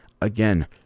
Again